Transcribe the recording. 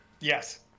Yes